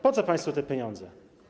Po co państwu te pieniądze?